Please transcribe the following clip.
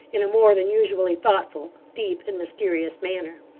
in a more than usually thoughtful, deep, and mysterious manner.